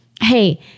hey